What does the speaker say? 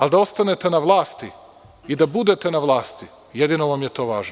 Ali, da ostanete na vlasti i da budete na vlasti, jedino vam je to važno.